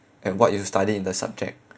and what you study in the subject